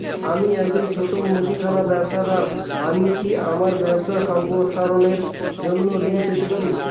আমি একজন ছোট মুদিখানা ব্যবসাদার আমি কি আমার ব্যবসা সম্প্রসারণের জন্য ঋণ পেতে পারি?